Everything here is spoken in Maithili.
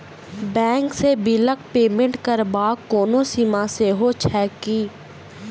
बैंक सँ बिलक पेमेन्ट करबाक कोनो सीमा सेहो छैक की?